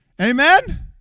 Amen